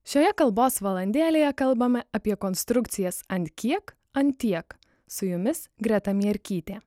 šioje kalbos valandėlėje kalbame apie konstrukcijas ant kiek ant tiek su jumis greta mierkytė